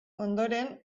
ondoren